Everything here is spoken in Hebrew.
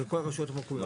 שכל הרשויות המקומיות.